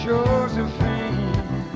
Josephine